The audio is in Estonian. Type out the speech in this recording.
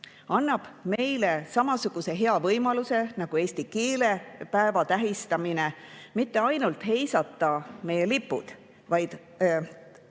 annab meile samasuguse hea võimaluse nagu eesti keele päeva tähistamine mitte ainult heisata meie lipud, vaid